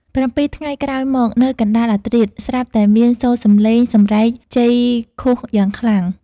៧ ថ្ងៃក្រោយមក នៅកណ្ដាលអាធ្រាត្រ ស្រាប់តែមានសូរសម្លេងសម្រែកជ័យឃោសយ៉ាងខ្លាំង។